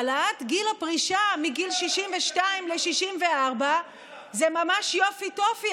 העלאת גיל הפרישה מגיל 62 ל-64 זה ממש יופי טופי,